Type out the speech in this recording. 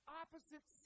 opposite